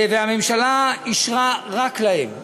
והממשלה אישרה רק להם.